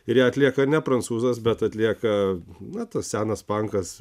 ir ją atlieka ne prancūzas bet atlieka na tas senas pankas